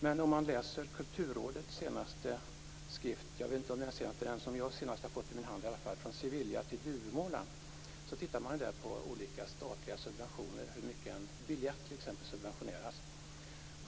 Men i Kulturrådets senaste skrift Från Sevilla till Duvemåla - i alla fall den senaste som jag har fått i min hand - tittar man på olika, statliga subventioner, t.ex. hur mycket en biljett subventioneras.